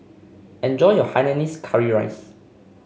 enjoy your Hainanese Curry Rice